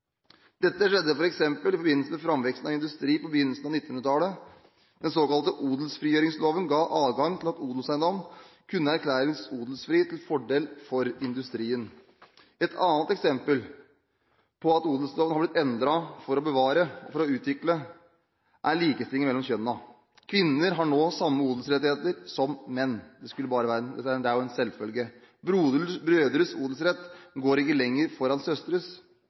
Dette skjedde f.eks. i forbindelse med framveksten av industri på begynnelsen av 1900-tallet. Den såkalte odelsfrigjøringsloven ga adgang til at odelseiendom kunne erklæres odelsfri til fordel for industrien. Et annet eksempel på at odelsloven har blitt endret for å bevare og for å utvikle, er likestillingen mellom kjønnene. Kvinner har nå samme odelsrettigheter som menn – som jo er en selvfølge. Brødres odelsrett går ikke lenger foran søstres.